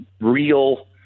real